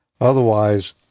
Otherwise